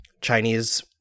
Chinese